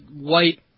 white